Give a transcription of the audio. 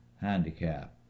handicap